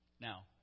Now